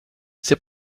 c’est